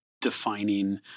defining